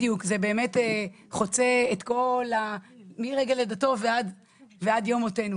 זה חוצה את הכל מרגע לידתו ועד יום מותו.